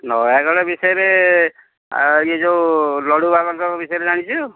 ନୟାଗଡ଼ ବିଷୟରେ ଇଏ ଯେଉଁ ଲଡ଼ୁବାବାଙ୍କ ବିଷୟରେ ଜାଣିଛୁ